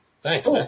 thanks